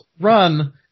run